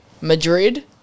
Madrid